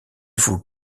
vous